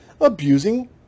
abusing